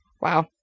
Wow